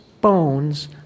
bones